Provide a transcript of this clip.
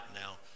now